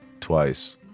twice